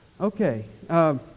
Okay